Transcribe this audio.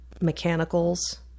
mechanicals